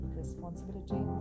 responsibility